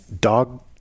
dog